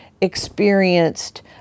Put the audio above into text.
experienced